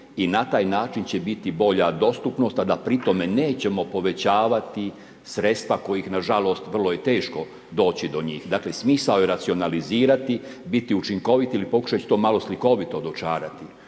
i na taj način će biti bolja dostupnost, a da pri tome nećemo povećavati sredstva kojih na žalost vrlo je teško doći do njih. Dakle smisao je racionalizirati, biti učinkovit ili pokušati ću to malo slikovito dočarati.